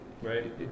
Right